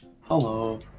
Hello